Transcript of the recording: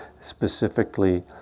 specifically